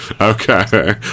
okay